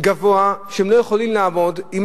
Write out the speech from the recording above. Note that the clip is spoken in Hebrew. גבוה שהם לא יכולים לעמוד בו,